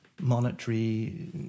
monetary